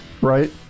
right